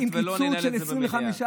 לא היו עם קיצוץ של 25%?